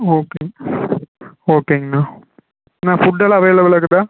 okay ஓகேங்கண்ணா அண்ணா ஃபுட்டெல்லாம் அவைலபிளாக இருக்குதா